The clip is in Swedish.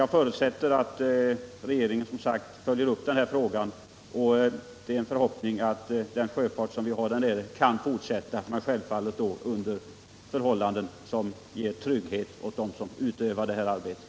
Jag förutsätter som sagt att regeringen följer upp denna fråga, och jag uttalar en förhoppning om att den sjöfart som vi har där nere kan fortsätta, men självfallet då under förhållanden som ger trygghet åt dem som utför arbetet.